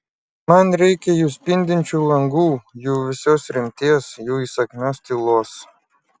man reikia jų spindinčių langų jų vėsios rimties jų įsakmios tylos